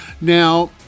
Now